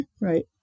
Right